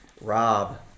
Rob